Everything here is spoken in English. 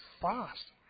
fast